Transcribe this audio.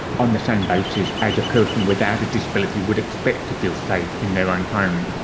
on the same basis as a person without a disability would expect to feel safe in their own home?